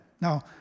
Now